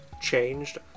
changed